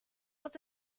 was